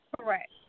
Correct